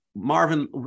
Marvin